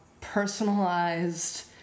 personalized